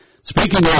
Speaking